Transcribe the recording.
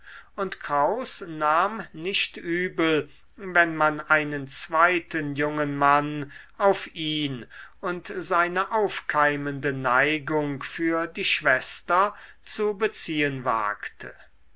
und kraus nahm nicht übel wenn man einen zweiten jungen mann auf ihn und seine aufkeimende neigung für die schwester zu beziehen wagte